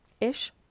ish